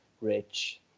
rich